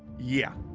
yeah,